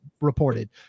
reported